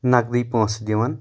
نقدٕے پونٛسہٕ دِوَان